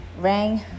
rang